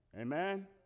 Amen